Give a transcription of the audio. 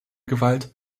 gewalt